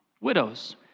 widows